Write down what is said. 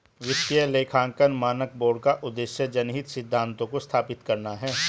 वित्तीय लेखांकन मानक बोर्ड का उद्देश्य जनहित सिद्धांतों को स्थापित करना है